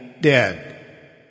dead